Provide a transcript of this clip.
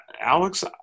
Alex